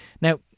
Now